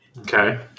Okay